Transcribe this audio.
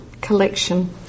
collection